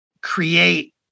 create